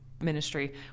ministry